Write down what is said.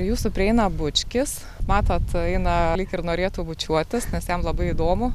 jūsų prieina bučkis matot eina lyg ir norėtų bučiuotis nes jam labai įdomu